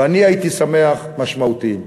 ואני הייתי שמח, משמעותיים.